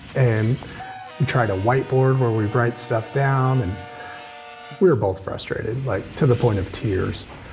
and we tried to whiteboard where we write stuff down. and we were both frustrated, like to the point of tears.